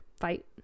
fight